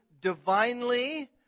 Divinely